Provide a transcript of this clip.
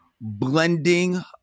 blending